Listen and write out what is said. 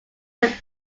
are